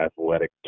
athletic